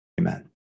Amen